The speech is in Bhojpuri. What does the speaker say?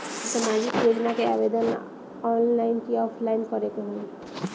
सामाजिक योजना के आवेदन ला ऑनलाइन कि ऑफलाइन करे के होई?